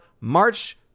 March